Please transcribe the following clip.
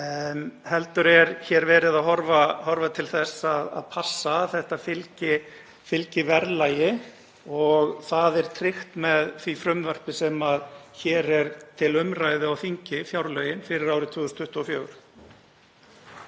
heldur er hér verið að horfa til þess að passa að þetta fylgi verðlagi. Það er tryggt með því frumvarpi sem hér er til umræðu á þingi, fjárlögum fyrir árið 2024.